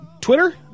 Twitter